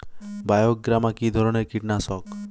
বায়োগ্রামা কিধরনের কীটনাশক?